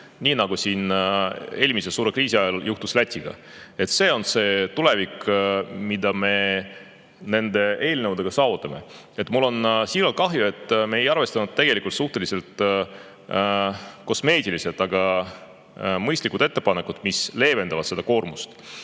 nii nagu siin eelmise suure kriisi ajal juhtus Lätiga. See on see tulevik, mida me nende eelnõudega saavutame. Mul on siiralt kahju, et me ei arvestanud suhteliselt kosmeetilisi, aga mõistlikuid ettepanekuid, mis leevendaksid seda koormust.